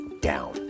down